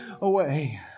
away